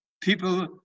people